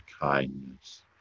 kindness